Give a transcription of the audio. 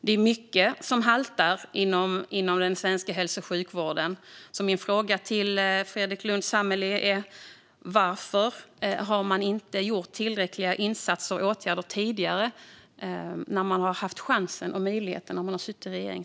Det är mycket som haltar inom den svenska hälso och sjukvården, så min fråga till Fredrik Lundh Sammeli är: Varför har man inte gjort tillräckliga insatser och åtgärder tidigare när man haft chansen och möjligheten då man suttit i regering?